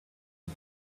you